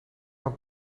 een